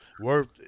worth